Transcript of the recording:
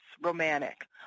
romantic